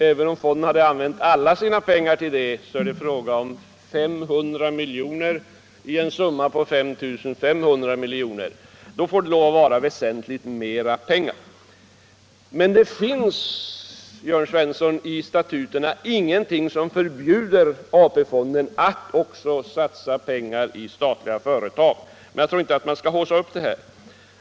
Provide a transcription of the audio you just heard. Även om fonden hade använt alla sina pengar till den investeringen, så är det fråga om 500 milj.kr. i en summa på 5 500 miljoner. Då får det lov att vara väsentligt mer pengar. Det finns, herr Jörn Svensson, i statuterna ingenting som förbjuder AP-fonden att också satsa pengar i statliga företag, men jag tror inte att man skall haussa upp detta.